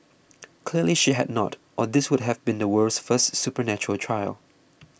clearly she had not or this would have been the world's first supernatural trial